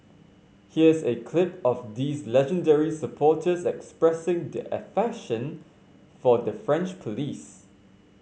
here's a clip of these legendary supporters expressing their affection for the French police